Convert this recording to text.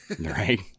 Right